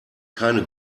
keine